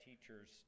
teacher's